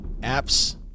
apps